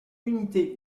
unité